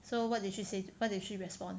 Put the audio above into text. so what did she say what did she respond